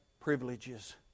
privileges